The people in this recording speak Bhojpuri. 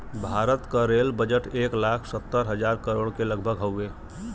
भारत क रेल बजट एक लाख सत्तर हज़ार करोड़ के लगभग हउवे